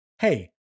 hey